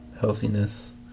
healthiness